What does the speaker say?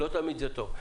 ולא תמיד זה טוב.